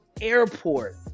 airport